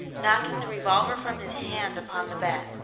knocking the revolver from his hand upon the bed.